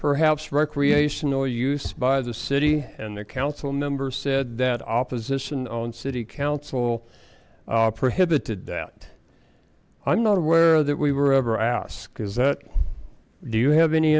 perhaps recreational use by the city and the council member said that opposition on city council prohibited that i'm not aware that we were ever asked is that do you have any